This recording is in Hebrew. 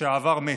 שהעבר מת.